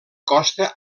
costa